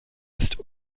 ist